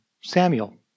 Samuel